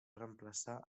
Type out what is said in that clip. reemplaçar